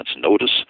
notice